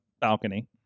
balcony